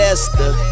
Esther